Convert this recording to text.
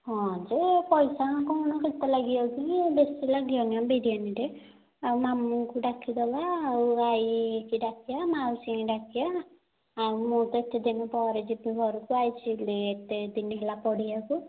ହଁ ଯେ ପଇସା କ'ଣ କେତେ ଲାଗିଯାଉଛି କି ବେଶୀ ଲାଗିବନି ମ ବିରିୟାନୀରେ ଆଉ ମାମୁଁଙ୍କୁ ଡାକିଦେବା ଆଉ ଆଇକୁ ଡାକିବା ମାଉସୀଙ୍କୁ ଡାକିବା ଆଉ ମୁଁ ଏତେଦିନ ପରେ ଯିବି ଘରକୁ ଆଇଛି ହେଲା ଏତେ ଦିନ ହେଲା ପଢ଼ିବାକୁ